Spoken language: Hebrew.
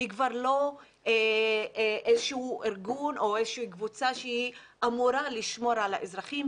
היא כבר לא איזה שהוא ארגון או קבוצה שאמורה לשמור על האזרחים,